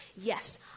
yes